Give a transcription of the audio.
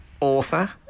author